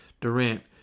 Durant